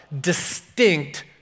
distinct